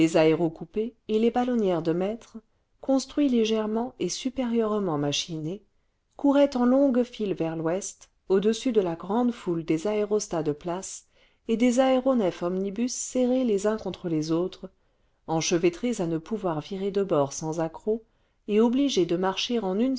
aérocoupés et les ballonnières de maître construits légèrement et supérieurement machinés couraient en longues files vers l'ouest au-dessus de la grande foule des aérostats de place et des aéronefs omnibus serrés les uns contre les autres enchevêtrés à ne pouvoir virer de bord sans accrocs et obligés de marcher en une